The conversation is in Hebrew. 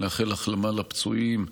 לאחל החלמה לפצועים,